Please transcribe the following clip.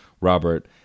Robert